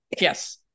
Yes